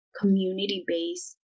community-based